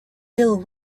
hill